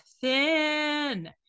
thin